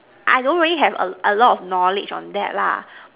I don't really have a a lot of knowledge on that lah